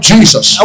Jesus